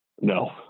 No